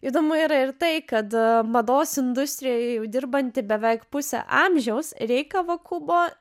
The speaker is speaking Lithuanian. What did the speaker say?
įdomu ir ir tai kad mados industrijoje dirbanti beveik pusę amžiaus rei kavakubo